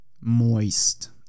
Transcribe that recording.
Moist